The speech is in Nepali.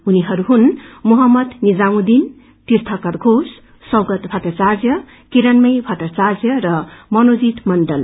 उनीहरू हुन मोहम्मद निजामुछीन तीर्यकर घोष सौगात भट्टाचार्य किराणमय भट्टाचार्य र मनोजीत मण्डल